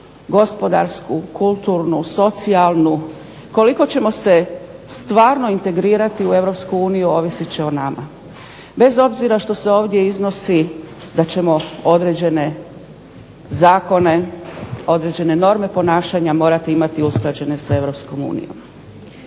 gospodarsku, kulturnu, socijalnu, koliko ćemo se stvarno integrirati u EU ovisit će o nama. Bez obzira što se ovdje iznosi da ćemo određene zakone, određene norme ponašanja morati imati usklađene s EU.